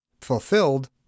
fulfilled